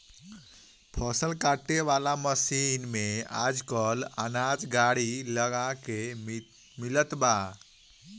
फसल काटे वाला मशीन में आजकल अनाज गाड़ी लग के मिलत बा